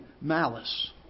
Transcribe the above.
malice